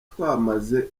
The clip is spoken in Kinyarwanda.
twamaze